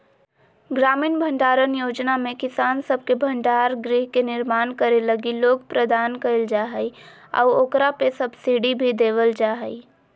ग्रामीण भंडारण योजना में किसान सब के भंडार गृह के निर्माण करे लगी लोन प्रदान कईल जा हइ आऊ ओकरा पे सब्सिडी भी देवल जा हइ